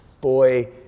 boy